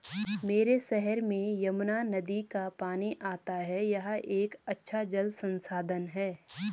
मेरे शहर में यमुना नदी का पानी आता है यह एक अच्छा जल संसाधन है